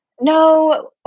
No